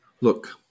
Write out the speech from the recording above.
look